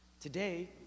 Today